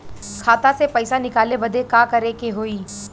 खाता से पैसा निकाले बदे का करे के होई?